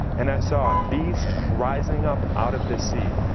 and i saw a beast rising up out of the sea,